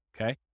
Okay